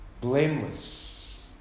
blameless